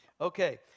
Okay